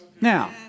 Now